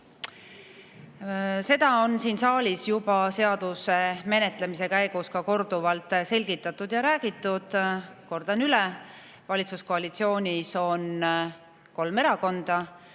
Seda on siin saalis seaduse menetlemise käigus juba korduvalt selgitatud ja räägitud, kordan üle. Valitsuskoalitsioonis on kolm erakonda,